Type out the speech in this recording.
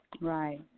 Right